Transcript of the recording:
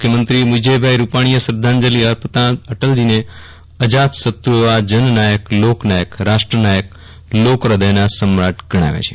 મુખ્યમંત્રી વિજયભાઇ રૂપાણીએ શ્રધ્ધાંજલી અર્પતા અટલજીને અજાતશત્રુ એવા જમનાયક લોકનાયક રાષ્ટ્રનાયક લોકહ્યદયના સમ્રાટ ગણાવ્યા છે